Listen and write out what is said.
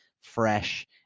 fresh